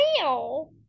wow